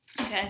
okay